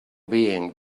being